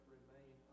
remain